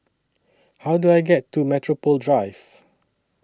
How Do I get to Metropole Drive